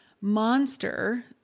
monster